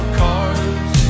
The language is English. cars